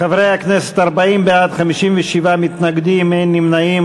חברי הכנסת, 40 בעד, 57 מתנגדים, אין נמנעים.